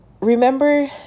Remember